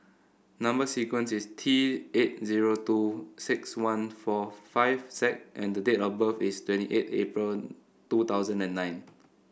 number sequence is T eight zero two six one four five Z and the date of birth is twenty eight April two thousand and nine